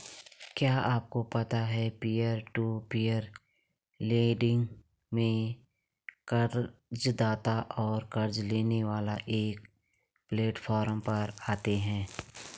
क्या आपको पता है पीयर टू पीयर लेंडिंग में कर्ज़दाता और क़र्ज़ लेने वाला एक प्लैटफॉर्म पर आते है?